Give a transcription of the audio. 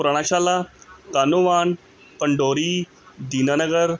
ਪੁਰਾਣਾ ਸ਼ਾਲਾ ਕਾਨੋਵਾਨ ਪੰਡੋਰੀ ਦੀਨਾ ਨਗਰ